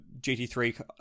GT3